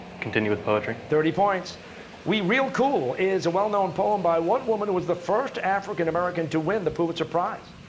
continue with poetry. costa thirty points we real cool is a well-known poem by what woman who was the first african american to win the pulitzer prize?